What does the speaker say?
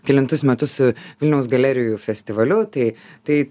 kelintus metus su vilniaus galerijų festivaliu tai tai